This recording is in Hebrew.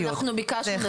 זה